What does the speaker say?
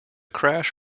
crash